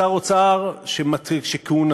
שר אוצר שכהונתו,